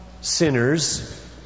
sinners